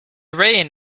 reign